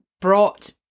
brought